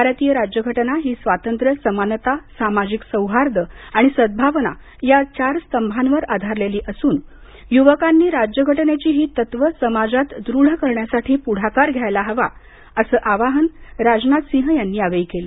भारतीय राज्यघटना ही स्वातंत्र्य समानता सामाजिक सौहार्द आणि सद्गावना या चार स्तंभावर आधारलेली असून युवकांनी राज्य घटनेची ही तत्व समाजात दृढ करण्यासाठी पुढाकार घ्यावा असं आवाहन राजनाथ सिंह यांनी यावेळी केलं